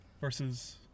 versus